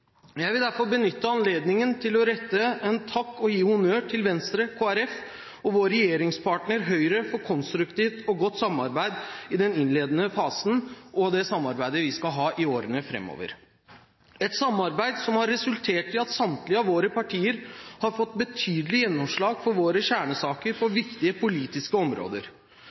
Jeg vil derfor benytte anledningen til å rette en takk og gi honnør til Venstre, Kristelig Folkeparti og vår regjeringspartner Høyre for konstruktivt og godt samarbeid i den innledende fasen og for det samarbeidet vi skal ha i årene framover, et samarbeid som har resultert i at samtlige av våre partier har fått betydelig gjennomslag for våre kjernesaker på viktige politiske områder.